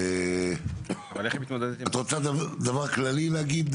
את רוצה דבר כללי להגיד?